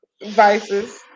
vices